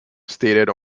stated